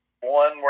one